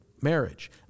marriage